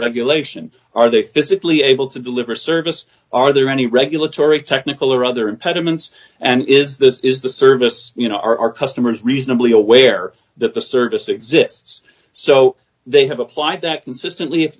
regulation are they physically able to deliver service are there any regulatory technical or other impediments and is this is the service you know are our customers reasonably aware that the service exists so they have applied that consistently